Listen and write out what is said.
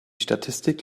statistik